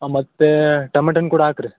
ಹಾಂ ಮತ್ತೇ ಟಮೆಟ್ ಹಣ್ ಕೂಡ ಹಾಕ್ರಿ